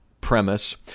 premise